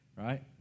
right